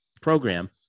program